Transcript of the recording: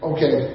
Okay